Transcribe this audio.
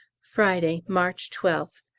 friday, march twelfth.